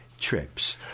trips